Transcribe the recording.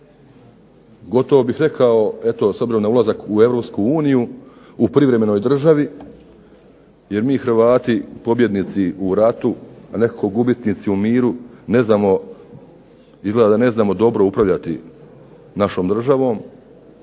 gotovo bih rekao eto s obzirom na ulazak u EU, u privremenoj državi jer mi Hrvati pobjednici u ratu, a nekako gubitnici u miru ne znamo, izgleda da ne znamo dobro upravljati našom državom